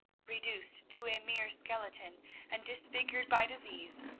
reduced to a mere skeleton and disfigured by disease,